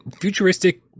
futuristic